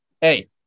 hey